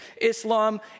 Islam